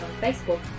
Facebook